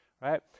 right